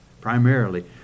Primarily